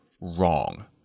Wrong